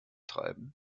treiben